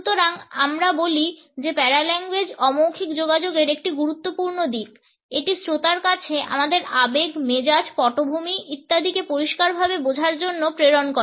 সুতরাং আমরা বলি যে প্যারাল্যাঙ্গুয়েজ অমৌখিক যোগাযোগের একটি গুরুত্বপূর্ণ দিক এটি শ্রোতার কাছে আমাদের আবেগ মেজাজ পটভূমি ইত্যাদিকে পরিষ্কারভাবে বোঝার জন্য প্রেরণ করে